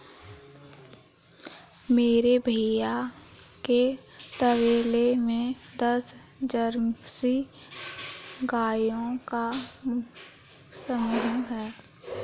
मेरे भैया के तबेले में दस जर्सी गायों का समूह हैं